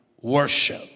worship